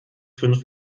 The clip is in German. fünf